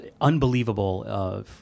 Unbelievable